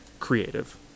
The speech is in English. creative